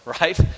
right